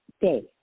Day